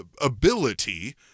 ability